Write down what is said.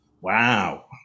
Wow